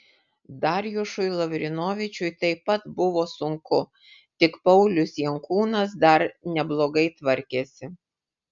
darjušui lavrinovičiui taip pat buvo sunku tik paulius jankūnas dar neblogai tvarkėsi